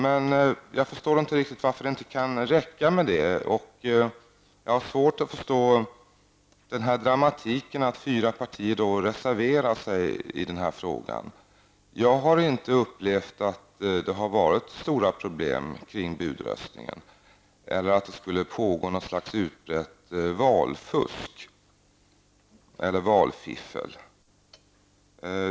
Men jag förstår inte riktigt varför det inte kan räcka med det, och jag har svårt att förstå den här dramatiken som innebär att fyra partier reserverar sig i den här frågan. Jag har inte upplevt att det har varit stora problem kring budröstningen eller att det skulle pågå något utbrett valfusk eller valfiffel.